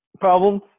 problems